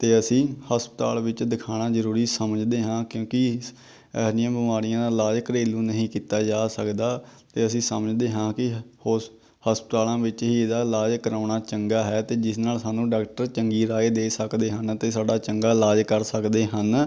ਅਤੇ ਅਸੀਂ ਹਸਪਤਾਲ ਵਿੱਚ ਦਿਖਾਉਣਾ ਜ਼ਰੂਰੀ ਸਮਝਦੇ ਹਾਂ ਕਿਉਂਕਿ ਸ ਐਹ ਜਿਹੀਆਂ ਬਿਮਾਰੀਆਂ ਦਾ ਇਲਾਜ ਘਰੇਲੂ ਨਹੀਂ ਕੀਤਾ ਜਾ ਸਕਦਾ ਅਤੇ ਅਸੀਂ ਸਮਝਦੇ ਹਾਂ ਕਿ ਹੋਸ ਹਸਪਤਾਲਾਂ ਵਿੱਚ ਹੀ ਇਹਦਾ ਇਲਾਜ ਕਰਾਉਣਾ ਚੰਗਾ ਹੈ ਅਤੇ ਜਿਸ ਨਾਲ ਸਾਨੂੰ ਡਾਕਟਰ ਚੰਗੀ ਰਾਏ ਦੇ ਸਕਦੇ ਹਨ ਅਤੇ ਸਾਡਾ ਚੰਗਾ ਇਲਾਜ ਕਰ ਸਕਦੇ ਹਨ